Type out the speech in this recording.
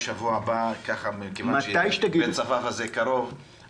חמישה מיליון השקלים האלה